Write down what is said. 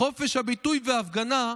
"חופש הביטוי (וההפגנה)